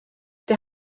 der